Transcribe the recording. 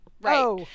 right